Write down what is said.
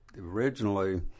Originally